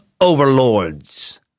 overlords